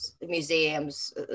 museums